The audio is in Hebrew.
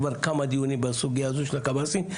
כבר כמה דיונים בסוגיה הזו של הקב"סים.